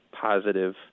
positive